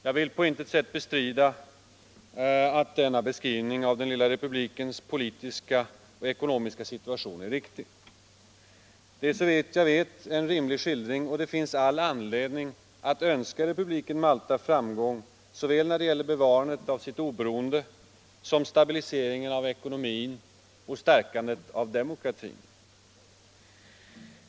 Jag vill på intet sätt bestrida att denna beskrivning av den lilla republikens politiska och ekonomiska situation är riktig. Det är, såvitt jag vet, en riktig skildring, och det finns all anledning att önska republiken Malta framgång såväl när det gäller bevarandet av sitt oberoende som stabiliseringen av ekonomin och stärkandet av demokratin.